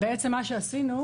ובעצם מה שעשינו,